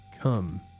come